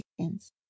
chickens